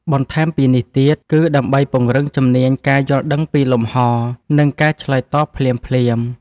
បន្ថែមពីនេះទៀត គឺដើម្បីពង្រឹងជំនាញការយល់ដឹងពីលំហ និងការឆ្លើយតបភ្លាមៗ។